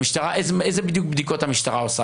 ואיזה בדיקות בדיוק המשטרה עושה?